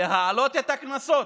להעלות את הקנסות.